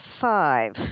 five